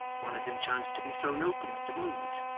one of them chanced to be thrown open at the moment,